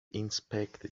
inspected